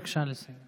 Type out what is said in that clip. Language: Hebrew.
בבקשה, לסיים.